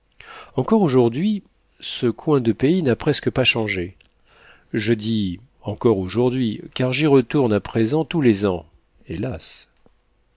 encore aujourd'hui ce coin de pays n'a presque pas changé je dis encore aujourd'hui car j'y retourne à présent tous les ans hélas